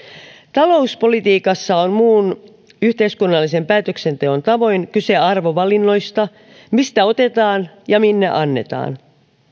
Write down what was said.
talouspolitiikassa on muun yhteiskunnallisen päätöksenteon tavoin kyse arvovalinnoista mistä otetaan ja minne annetaan